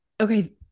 Okay